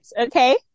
okay